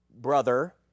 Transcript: brother